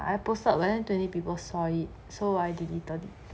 I posted but then twenty people saw it so I deleted it